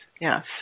yes